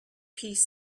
piece